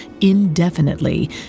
indefinitely